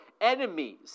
enemies